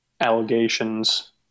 allegations